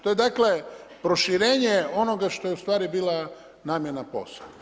To je, dakle, proširenje onoga što je u stvari bila namjena POS-a.